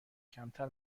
کمتر